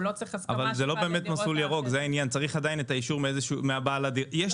הוא לא צריך הסכמה של בעלי דירות אחרים.